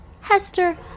Hester